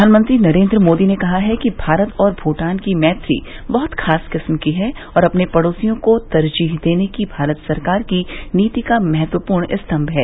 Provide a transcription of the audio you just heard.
प्रधानमंत्री नरेन्द्र मोदी ने कहा है कि भारत और भूटान की मैत्री बहुत खास किस्म की है और अपने पड़ोसियों को तरजीह देने की भारत सरकार की नीति का महत्वपूर्ण स्तंभ है